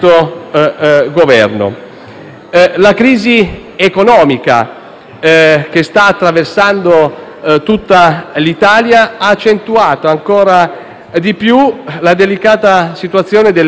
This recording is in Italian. La crisi economica che sta attraversando tutta l'Italia ha accentuato ancora di più la delicata situazione delle isole minori